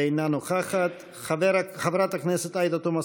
אינה נוכחת, חברת הכנסת עאידה תומא סלימאן,